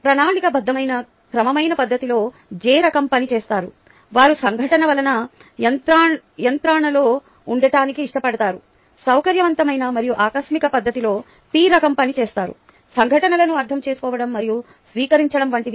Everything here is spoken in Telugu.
ప్రణాళికాబద్ధమైన క్రమమైన పద్ధతిలో J రకం పని చేస్తారు వారు సంఘటనల నియంత్రణలో ఉండటానికి ఇష్టపడతారు సౌకర్యవంతమైన మరియు ఆకస్మిక పద్ధతిలో P రకం పని చేస్తారు సంఘటనలను అర్థం చేసుకోవడం మరియు స్వీకరించడం వంటివి